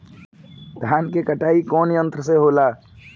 धान क कटाई कउना यंत्र से हो?